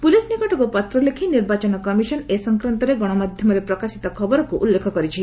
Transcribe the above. police ନିକଟକୁ ପତ୍ର ଲେଖି ନିର୍ବାଚନ କମିଶନ୍ ଏ ସଂକ୍ରାନ୍ତରେ ଗଣମାଧ୍ୟମରେ ପ୍ରକାଶିତ ଖବରକୁ ଉଲ୍ଲେଖ କରିଛି